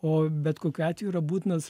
o bet kokiu atveju yra būtinas